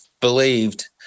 believed